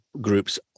groups